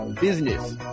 Business